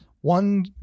one